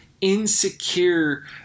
insecure